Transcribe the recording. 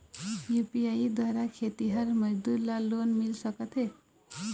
UPI द्वारा खेतीहर मजदूर ला लोन मिल सकथे?